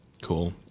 cool